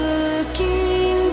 Looking